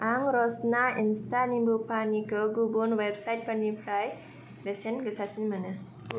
आं रस्ना इनस्टा निमबुपानिखौ गुबुन वेबसाइटफोरनिफ्राय बेसेन गोसासिन मोनो